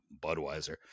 Budweiser